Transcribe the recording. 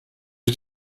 sie